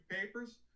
papers